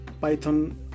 python